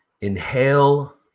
inhale